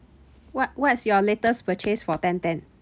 what what's your latest purchase for ten ten